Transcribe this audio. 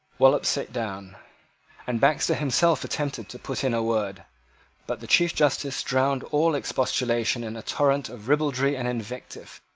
wallop sate down and baxter himself attempted to put in a word but the chief justice drowned all expostulation in a torrent of ribaldry and invective,